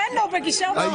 תן לו, הוא בגישה חיובית.